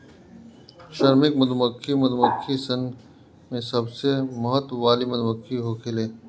श्रमिक मधुमक्खी मधुमक्खी सन में सबसे महत्व वाली मधुमक्खी होखेले